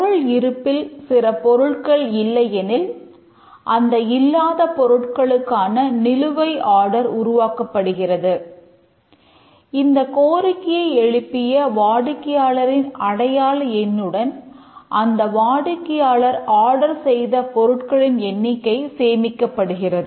பொருள் இருப்பில் சில பொருட்கள் இல்லையெனில் அந்த இல்லாத பொருட்களுக்கான நிலுவை ஆர்டர் செய்த பொருட்களின் எண்ணிக்கை சேமிக்கப்படுகிறது